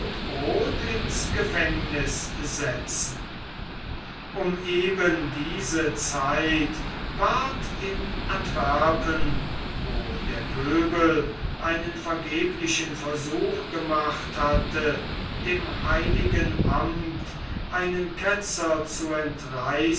brod ins gefängniß setzen um eben diese zeit ward in antwerpen wo der pöbel einen vergeblichen versuch gemacht hatte dem heiligen amt einen ketzer zu entreißen